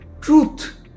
truth